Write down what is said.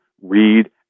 read